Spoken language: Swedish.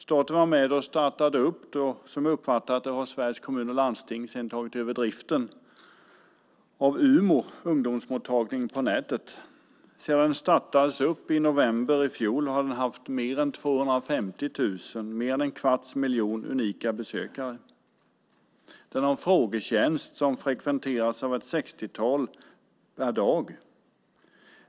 Staten var med och startade umo.se, en ungdomsmottagning på nätet. Jag uppfattade att Sveriges Kommuner och Landsting har tagit över driften. Sedan den startade i november i fjol har den haft mer än 250 000 - mer än en kvarts miljon - unika besökare. Den har en frågetjänst som frekventeras av ett 60-tal per dag.